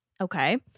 Okay